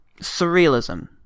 surrealism